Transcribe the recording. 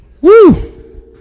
Woo